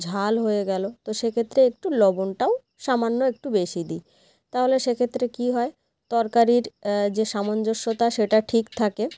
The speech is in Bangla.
ঝাল হয়ে গেল তো সেক্ষেত্রে একটু লবণটাও সামান্য একটু বেশি দিই তাহলে সেক্ষেত্রে কী হয় তরকারির যে সামঞ্জস্যতা সেটা ঠিক থাকে